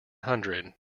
hundred